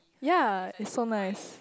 ya it's so nice